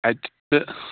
اَتہِ تہٕ